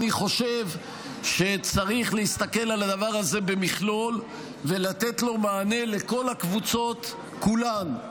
אני חושב שצריך להסתכל על הדבר הזה במכלול ולתת מענה לכל הקבוצות כולן,